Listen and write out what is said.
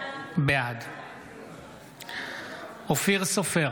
בעד אופיר סופר,